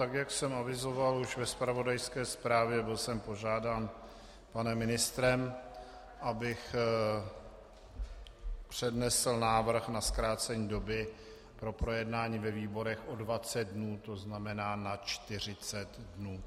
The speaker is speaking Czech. Tak jak jsem avizoval už ve zpravodajské zprávě, byl jsem požádán panem ministrem, abych přednesl návrh na zkrácení doby pro projednání ve výborech o dvacet dnů, tzn. na čtyřicet dnů.